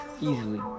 Easily